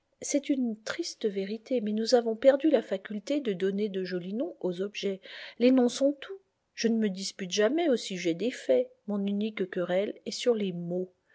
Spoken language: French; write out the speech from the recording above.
c'est une triste vérité mais nous avons perdu la faculté de donner de jolis noms aux objets les noms sont tout je ne me dispute jamais au sujet des faits mon unique querelle est sur les mots